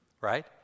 Right